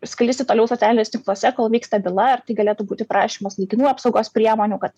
sklisti toliau socialiniuose tinkluose kol vyksta byla ar tai galėtų būti prašymas laikinų apsaugos priemonių kad